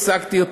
את